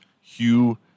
Hugh